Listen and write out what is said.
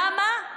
למה?